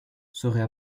serait